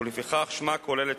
ולפיכך שמה כולל את